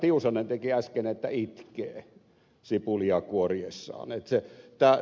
tiusanen teki äsken että itkee sipulia kuoriessaan